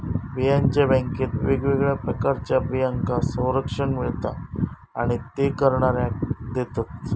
बियांच्या बॅन्केत वेगवेगळ्या प्रकारच्या बियांका संरक्षण मिळता आणि ते करणाऱ्याक देतत